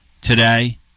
today